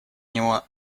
него